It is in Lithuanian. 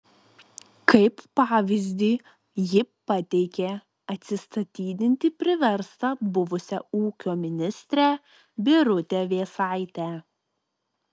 kaip pavyzdį ji pateikė atsistatydinti priverstą buvusią ūkio ministrę birutę vėsaitę